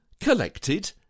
collected